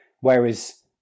Whereas